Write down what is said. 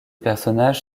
personnages